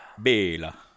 Bela